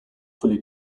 fully